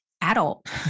adult